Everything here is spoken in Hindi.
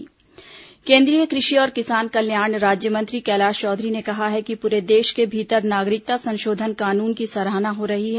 नागरिकता संशोधन कानून केंद्रीय कृषि और किसान कल्याण राज्यमंत्री कैलाश चौधरी ने कहा है कि पूरे देश के भीतर नागरिकता संशोधन कानून की सराहना हो रही है